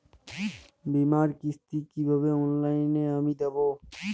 বীমার কিস্তি কিভাবে অনলাইনে আমি দেবো?